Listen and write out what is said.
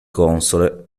console